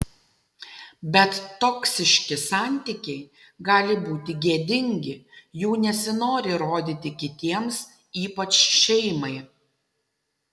bet toksiški santykiai gali būti gėdingi jų nesinori rodyti kitiems ypač šeimai